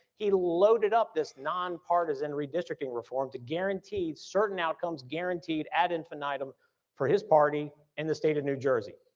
he loaded up this non partisan redistricting reform to guaranteed certain outcomes guaranteed ad infinitum for his party in the state of new jersey.